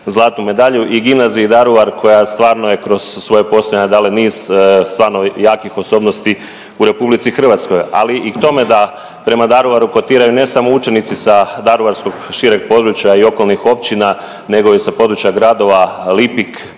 zlatnu medalju i Gimnaziji Daruvar koja stvarno je kroz svoje postojanje dala niz stvarno jakih osobnosti u RH, ali i k tome da prema Daruvaru kotiraju ne samo učenici sa daruvarskog šireg područja i okolnih općina nego i sa područja gradova Lipik, grada